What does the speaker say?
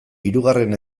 hirugarren